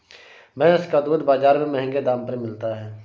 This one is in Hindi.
भैंस का दूध बाजार में महँगे दाम पर मिलता है